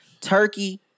turkey